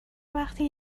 وقتی